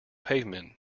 pavement